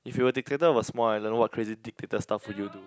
if you were dictator of a small island what crazy dictator stuff would you do